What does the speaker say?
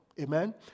Amen